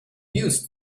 used